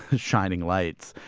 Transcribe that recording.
shining lights.